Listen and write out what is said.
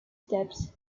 steps